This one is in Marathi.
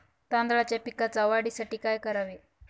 तांदळाच्या पिकाच्या वाढीसाठी काय करावे?